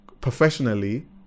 professionally